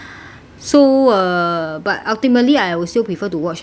so uh but ultimately I would still prefer to watch at home